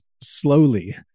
slowly